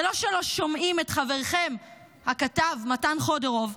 זה לא שלא שומעים את חברכם הכתב מתן חודורוב,